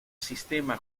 sistema